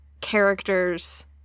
characters